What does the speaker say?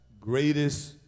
greatest